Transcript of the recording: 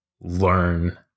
learn